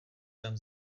tam